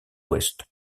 ouest